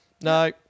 no